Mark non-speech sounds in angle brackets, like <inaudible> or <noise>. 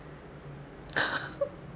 <laughs>